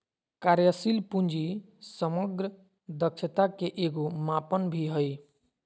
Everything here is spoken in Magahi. कार्यशील पूंजी समग्र दक्षता के एगो मापन भी हइ